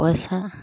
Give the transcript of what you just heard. পইছা